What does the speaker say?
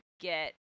get